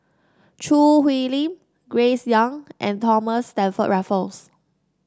Choo Hwee Lim Grace Young and Thomas Stamford Raffles